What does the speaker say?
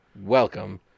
Welcome